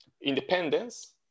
Independence